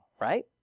right